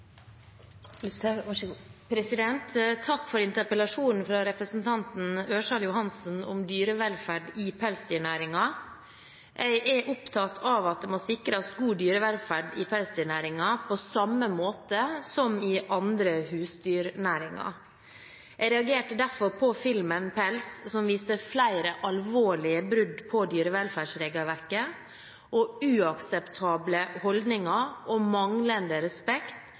opptatt av at det må sikres god dyrevelferd i pelsdyrnæringen på samme måte som i andre husdyrnæringer. Jeg reagerte derfor på filmen «Pels», som viste flere alvorlige brudd på dyrevelferdsregelverket, uakseptable holdninger og manglende respekt